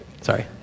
Sorry